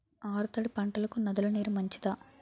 ఆరు తడి పంటలకు నదుల నీరు మంచిదా?